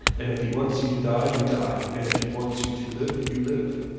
and if he wants you to die you die, and if he wants you to live you live.